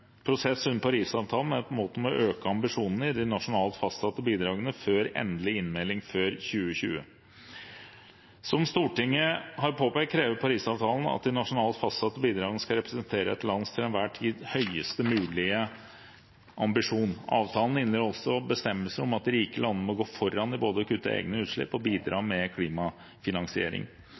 prosess under Paris-avtalen er å øke ambisjonene i de nasjonalt fastsatte bidragene før endelig innmelding før 2020. Som Stortinget har påpekt, krever Paris-avtalen at de nasjonalt fastsatte bidragene skal representere et lands til enhver tid høyest mulige ambisjon. Avtalen inneholder også bestemmelser om at de rike landene må gå foran med både å kutte egne utslipp og å bidra med klimafinansiering.